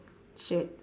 shirt